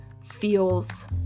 feels